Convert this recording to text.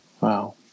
Wow